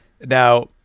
now